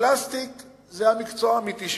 פלסטיק זה המקצוע האמיתי שלי.